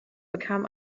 bekam